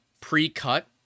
pre-cut